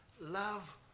love